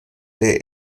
der